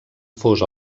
fos